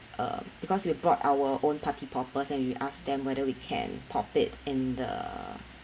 uh because we brought our own party poppers and we ask them whether we can pop it in the